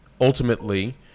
ultimately